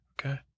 okay